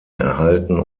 erhalten